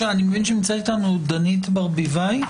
אני מבין שנמצאת איתנו דנית ברביבאי.